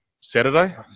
Saturday